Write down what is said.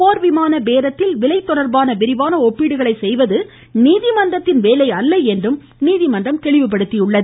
போர்விமானங்கள் பேரத்தில் விலை தொடர்பான விரிவான ஒப்பீடுகளை செய்வது நீதிமன்றத்தின் வேலை அல்ல என்றும் நீதிபதி தெரிவித்தார்